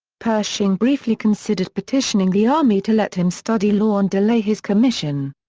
pershing briefly considered petitioning the army to let him study law and delay his commission.